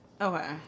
Okay